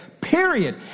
period